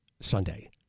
Sunday